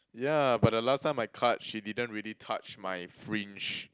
yeah but the last time I cut she didn't really touch my fringe